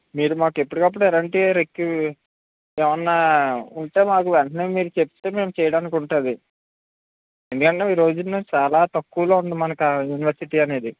మీరు మాకు ఎప్పుడుకప్పుడు ఎరంటి రిక్యూ ఏమన్నా ఉంటే మాకు వెంటనే మీరు మాకు చెప్తే మేము చేయడానికి ఉంటుంది ఎందుకంటే ఈ రోజు చాలా తక్కువలో ఉంది మన కా యూనివర్సిటీ అనేది